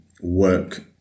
work